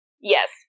Yes